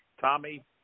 Tommy